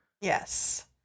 Yes